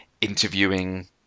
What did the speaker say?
interviewing